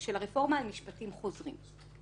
של הרפורמה על משפטים חוזרים.